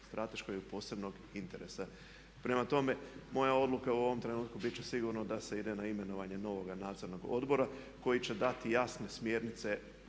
strateškog i od posebnog interesa. Prema tome, moja odluka u ovom trenutku bit će sigurno da se i ne na imenovanje novog nadzornog odbora koji će dati jasne smjernice